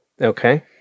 Okay